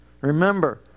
Remember